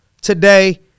today